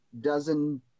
dozen